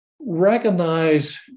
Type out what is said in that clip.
recognize